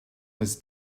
was